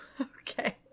Okay